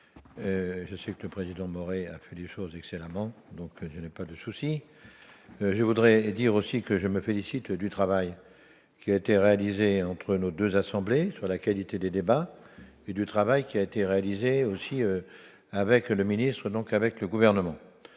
je sais que le président Maurer du chose excellemment, donc je n'ai pas de soucis, je voudrais dire aussi que je me félicite que du travail qui a été réalisé entre nos 2 assemblées sur la qualité des débats et du travail qui a été réalisée aussi avec le ministre, donc avec le gouvernement,